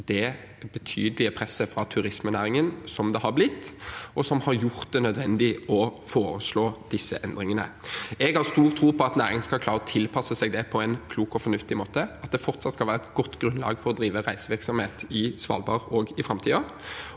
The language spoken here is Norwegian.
det betydelige presset som har blitt fra turistnæringen, og som har gjort det nødvendig å foreslå disse endringene. Jeg har stor tro på at næringen skal klare å tilpasse seg det på en klok og fornuftig måte, og at det skal være et godt grunnlag for å drive reisevirksomhet på Svalbard også i framtiden.